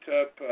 up